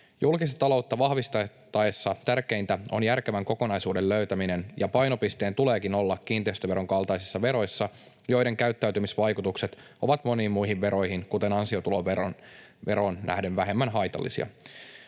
Julkista taloutta vahvistettaessa tärkeintä on järkevän kokonaisuuden löytäminen, ja painopisteen tuleekin olla kiinteistöveron kaltaisissa veroissa, joiden käyttäytymisvaikutukset ovat moniin muihin veroihin, kuten ansiotuloveroon, nähden vähemmän haitallisia.